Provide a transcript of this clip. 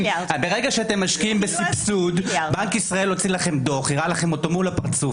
בנק ישראל הוציא לכם דוח והראה לכם אותו מול הפרצוף,